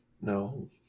No